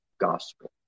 gospel